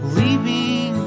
leaving